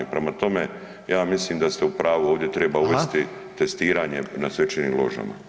Prema tome, ja mislim da ste u pravu ovdje treba uvesti [[Upadica:]] Hvala./… testiranje na svečanim ložama.